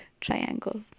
triangle